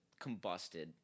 combusted